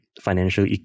financial